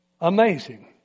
amazing